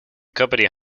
company